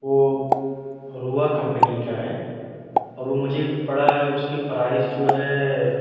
وہ ارووا کمپنی کا ہے اور وہ مجھے پڑا ہے اُس کی پرائس جو ہے